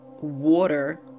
water